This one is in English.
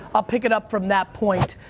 i'll pick it up from that point.